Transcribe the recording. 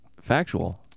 factual